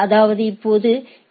அதாவது இப்போது எ